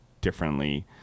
differently